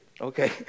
Okay